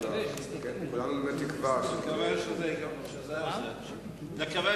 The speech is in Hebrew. כולנו באמת תקווה, נקווה